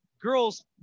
girls